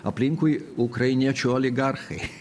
aplinkui ukrainiečių oligarchai